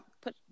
put